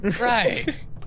Right